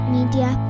Media